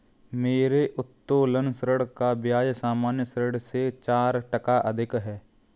मेरे उत्तोलन ऋण का ब्याज सामान्य ऋण से चार टका अधिक है